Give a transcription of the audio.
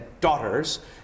daughters